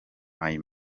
mai